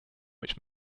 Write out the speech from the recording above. which